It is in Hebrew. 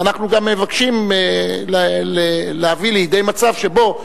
ואנחנו גם מבקשים להביא לידי מצב שבו,